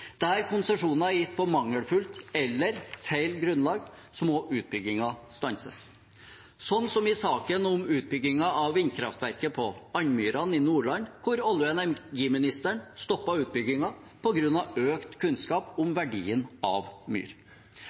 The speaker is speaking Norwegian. Der konsesjon er gitt på mangelfullt eller feil grunnlag, må utbyggingen stanses, som i saken om utbyggingen av vindkraftverket på Andmyran i Nordland, hvor olje- og energiministeren stoppet utbyggingen på grunn av økt kunnskap om verdien av myr.